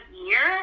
year